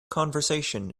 conversation